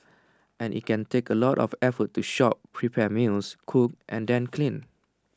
and IT can take A lot of effort to shop prepare meals cook and then clean